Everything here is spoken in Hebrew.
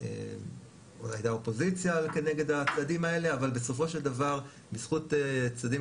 הייתה אופוזיציה כנגד הצעדים האלה אבל בסופו של דבר בזכות צעדים